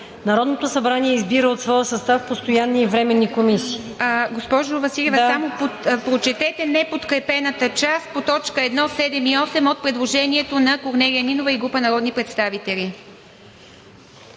Народното събрание избира от своя състав постоянни и временни комисии.“ ПРЕДСЕДАТЕЛ ИВА МИТЕВА: Госпожо Василева, прочетете неподкрепената част по т. 1, 7 и 8 от предложението на Корнелия Нинова и група народни представители.